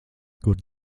kur